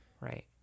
right